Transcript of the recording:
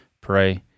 pray